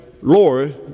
lord